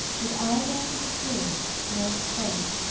but ida stood nor spoke,